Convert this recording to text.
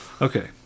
Okay